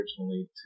originally